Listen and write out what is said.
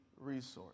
resource